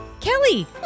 Kelly